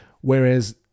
Whereas